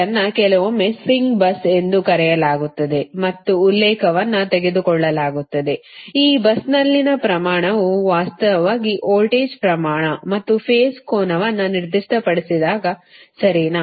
ಇದನ್ನು ಕೆಲವೊಮ್ಮೆ swing bus ಎಂದೂ ಕರೆಯಲಾಗುತ್ತದೆ ಮತ್ತು ಉಲ್ಲೇಖವನ್ನು ತೆಗೆದುಕೊಳ್ಳಲಾಗುತ್ತದೆ ಈ busನಲ್ಲಿನ ಪ್ರಮಾಣವು ವಾಸ್ತವವಾಗಿ ವೋಲ್ಟೇಜ್ ಪ್ರಮಾಣ ಮತ್ತು ಫೇಸ್ ಕೋನವನ್ನು ನಿರ್ದಿಷ್ಟಪಡಿಸಿದಾಗ ಸರಿನಾ